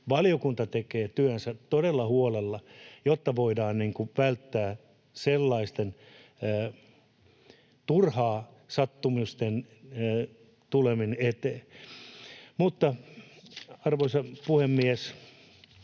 valiokunta tekee työnsä todella huolella, jotta voidaan välttää turhien sattumusten tuleminen eteen. — Arvoisa puhemies,